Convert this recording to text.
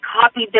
copied